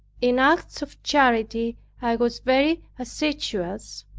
in acts of charity i was very assiduous.